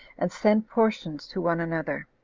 and send portions to one another.